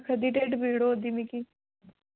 आक्खा दी ढिड्ड पीड़ होआ दी मिगी